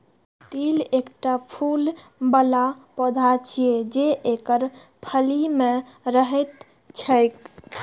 तिल एकटा फूल बला पौधा छियै, जे एकर फली मे रहैत छैक